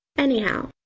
anyhow,